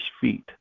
feet